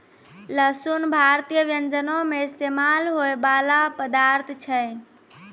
लहसुन भारतीय व्यंजनो मे इस्तेमाल होय बाला पदार्थ छै